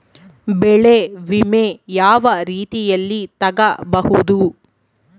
ಬೆಳೆ ವಿಮೆ ಯಾವ ರೇತಿಯಲ್ಲಿ ತಗಬಹುದು?